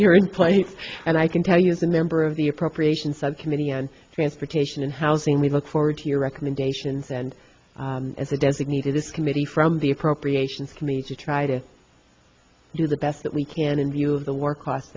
here in place and i can tell you as a member of the appropriations subcommittee on transportation and housing we look forward to recommendations and as a designated this committee from the appropriations committee to try to do the best that we can in view of the work class